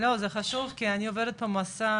לא, זה חשוב, כי אני עוברת פה מסע,